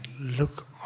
look